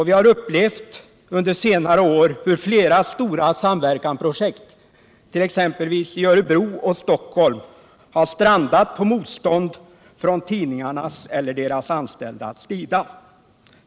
Vi har under senare år upplevt hur flera stora samverkansprojekt, t.ex. i Örebro och Stockholm, har strandat på grund av motstånd från tidningarna eller deras anställda.